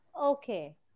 okay